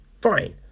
fine